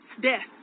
Death